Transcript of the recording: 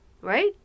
right